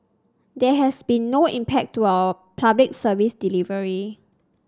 there has been no impact to our Public Service delivery